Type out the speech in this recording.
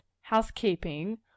housekeeping